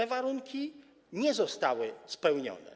Te warunki nie zostały spełnione.